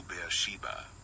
Beersheba